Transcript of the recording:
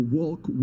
walk